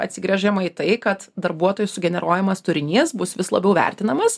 atsigręžiama į tai kad darbuotojų sugeneruojamas turinys bus vis labiau vertinamas